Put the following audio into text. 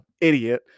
idiot